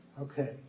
Okay